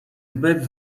zbyt